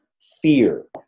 fear